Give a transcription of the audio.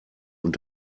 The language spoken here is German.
und